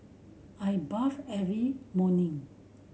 I bath every morning